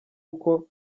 uko